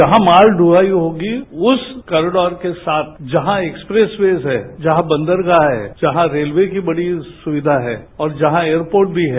जहां माल दुलाई होगी उसकोरीडोर के साथ जहां एक्सप्रेस वेज है जहांबदरगाह है जहां रेलवे की बड़ी सुविधा है और जहां एयरपोर्टभी है